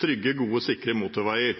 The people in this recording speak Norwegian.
trygge, gode og sikre motorveier.